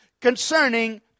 concerning